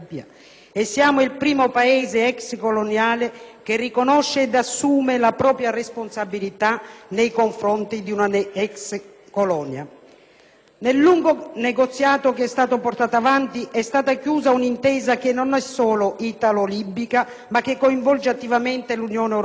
siamo il primo Paese ex coloniale che riconosce ed assume la propria responsabilità nei confronti di una ex colonia. Nel lungo negoziato che è stato portato avanti è stata conclusa un'intesa che non è solo italo-libica, ma che coinvolge attivamente l'Unione europea.